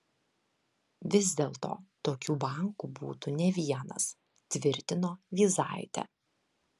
vis dėlto tokių bankų būtų ne vienas tvirtino vyzaitė